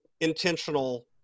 intentional